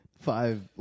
five